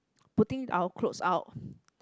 putting our clothes out